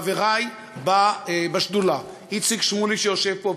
חברי בשדולה: איציק שמולי שיושב פה,